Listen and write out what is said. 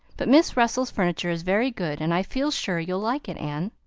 but miss russell's furniture is very good and i feel sure you'll like it, anne.